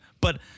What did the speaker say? But-